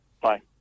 Bye